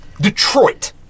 Detroit